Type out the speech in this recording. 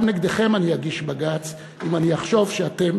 גם נגדכם אני אגיש בג"ץ אם אני אחשוב שאתם